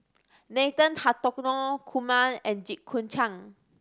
Nathan Hartono Kumar and Jit Koon Ch'ng